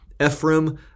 Ephraim